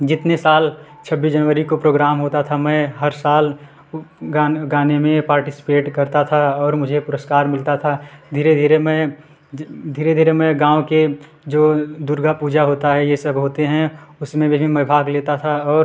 जितने साल छब्बीस जनवरी को प्रोग्राम होता था मैं हर साल वु गान गाने में पार्टिसिपेट करता था और मुझे पुरस्कार मिलता था धीरे धीरे मैं धीरे धीरे मैं गाँव के जो दुर्गा पूजा होता है यह सब होते हैं उसमें भी मैं भाग लेता था और